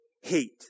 hate